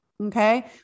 okay